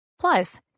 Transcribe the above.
plus